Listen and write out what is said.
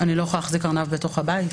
זה אומר שאני לא יכולה להחזיק ארנב בתוך הבית?